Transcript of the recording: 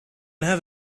have